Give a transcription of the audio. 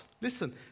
listen